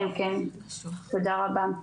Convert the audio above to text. תודה רבה.